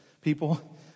people